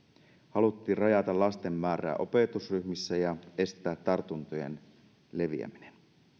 haluttiin rajata lasten määrää opetusryhmissä ja estää tartuntojen leviäminen